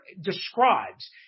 describes